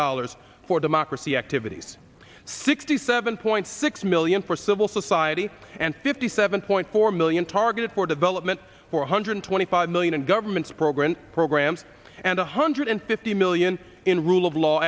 dollars for democracy activities sixty seven point six million for civil society and fifty seven point four million targeted for development four hundred twenty five million and government's program programs and one hundred fifty million in rule of law